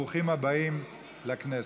ברוכים הבאים לכנסת.